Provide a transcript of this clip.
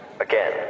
Again